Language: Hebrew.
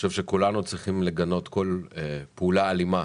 חושב שכולנו צריכים לגנות כל פעולה אלימה